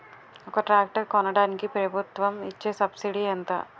ఒక ట్రాక్టర్ కొనడానికి ప్రభుత్వం ఇచే సబ్సిడీ ఎంత?